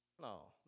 No